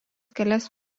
kelias